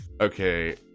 okay